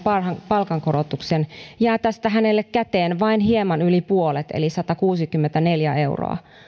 palkankorotuksen jää tästä hänelle käteen vain hieman yli puolet eli satakuusikymmentäneljä euroa